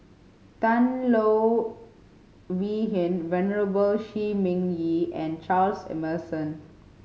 Tan Low Wee Hin Venerable Shi Ming Yi and Charles Emmerson